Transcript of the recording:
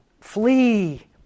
flee